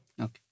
Okay